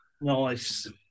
Nice